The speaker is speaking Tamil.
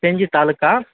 செஞ்சி தாலுக்கா